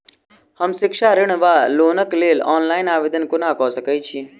हम शिक्षा ऋण वा लोनक लेल ऑनलाइन आवेदन कोना कऽ सकैत छी?